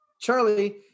Charlie